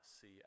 see